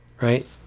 right